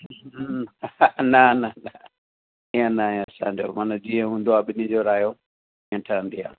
न न ईअं न आहे असांजो माना जीअं हूंदो आहे ॿिनी जो रायो ऐं ठहंदी आहे